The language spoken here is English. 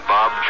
Bob